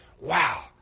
Wow